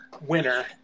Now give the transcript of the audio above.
winner